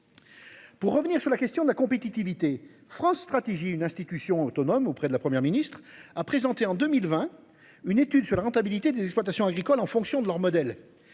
Pour revenir sur la question de la compétitivité France Stratégie une institution autonome auprès de la Première ministre a présenté en 2020 une étude sur la rentabilité des exploitations agricoles en fonction de leur modèle.